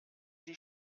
die